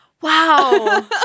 Wow